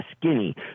skinny